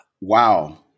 wow